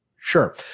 Sure